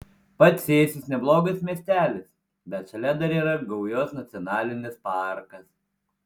pats cėsis neblogas miestelis bet šalia dar yra gaujos nacionalinis parkas